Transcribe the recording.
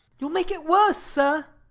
you'll make it worse, sir.